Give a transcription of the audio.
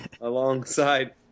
alongside